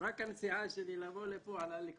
רק הנסיעה שלי לבוא לפה עלתה